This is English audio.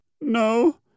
No